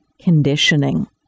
conditioning